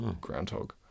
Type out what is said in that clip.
groundhog